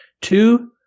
Two